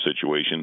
situation